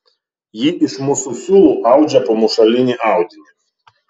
ji iš mūsų siūlų audžia pamušalinį audinį